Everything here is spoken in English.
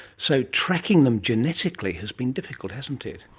so tracking them genetically has been difficult, hasn't it.